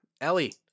Ellie